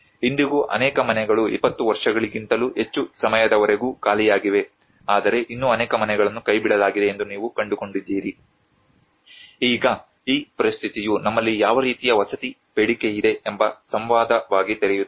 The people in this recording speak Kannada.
ಇಂದಿಗೂ ಅನೇಕ ಮನೆಗಳು 20 ವರ್ಷಗಳಿಗಿಂತಲೂ ಹೆಚ್ಚು ಸಮಯದವರೆಗೂ ಖಾಲಿಯಾಗಿವೆ ಆದರೆ ಇನ್ನೂ ಅನೇಕ ಮನೆಗಳನ್ನು ಕೈಬಿಡಲಾಗಿದೆ ಎಂದು ನೀವು ಕಂಡುಕೊಂಡಿದ್ದೀರಿ ಈಗ ಈ ಪರಿಸ್ಥಿತಿಯು ನಮ್ಮಲ್ಲಿ ಯಾವ ರೀತಿಯ ವಸತಿ ಬೇಡಿಕೆಯಿದೆ ಎಂಬ ಸಂವಾದವಾಗಿ ತೆರೆಯುತ್ತದೆ